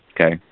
Okay